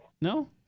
No